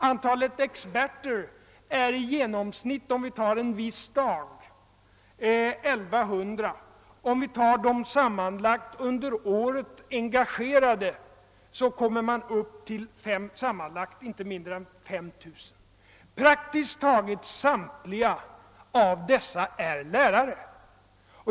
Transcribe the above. Antalet experter är i genomsnitt en viss dag 1100, och antalet under året engagerade uppgår till sammanlagt inte mindre än 35000. Prak tiskt taget samtliga dessa är lärare.